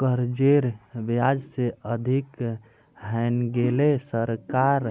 कर्जेर ब्याज से अधिक हैन्गेले सरकार